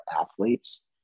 athletes